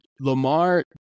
Lamar